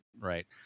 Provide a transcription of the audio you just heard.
right